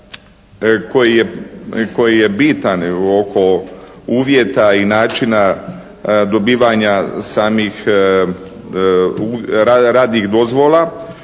koji je bitan oko uvjeta i načina dobivanja samih radnih dozvola,